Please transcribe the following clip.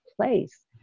place